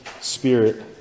Spirit